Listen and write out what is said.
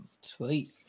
Sweet